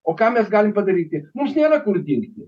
o ką mes galim padaryti mums nėra kur dingti